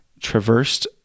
traversed